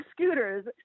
scooters